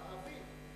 ערבי.